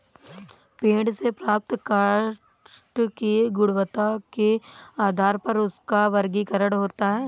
पेड़ से प्राप्त काष्ठ की गुणवत्ता के आधार पर उसका वर्गीकरण होता है